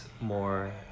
more